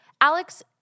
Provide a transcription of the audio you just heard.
Alex